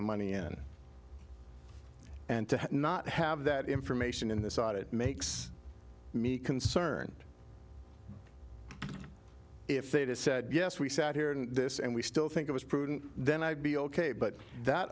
the money in and to not have that information in this audit makes me concerned if they just said yes we sat here in this and we still think it was prudent then i'd be ok but that